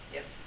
Yes